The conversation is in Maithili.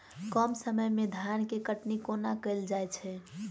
कम समय मे धान केँ कटनी कोना कैल जाय छै?